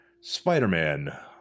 Spider-Man